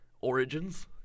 origins